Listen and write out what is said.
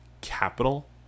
capital